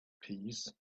peace